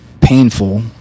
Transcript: painful